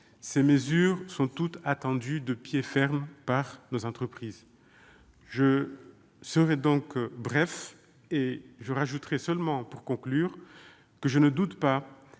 ces mesures sont toutes attendues de pied ferme par nos entreprises ! Je serai donc bref, et ajouterai seulement, pour conclure, que je ne doute pas